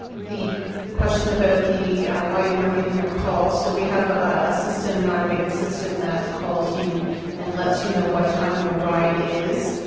question about the, why you weren't getting your call, so we have a system and automated system that calls you and lets you know what time your ride is.